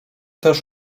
też